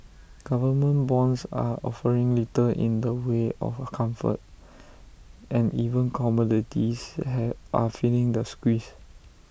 government bonds are offering little in the way of comfort and even commodities have are feeling the squeeze